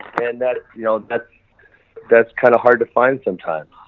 and that's you know that's that's kinda hard to find sometimes.